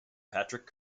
patrick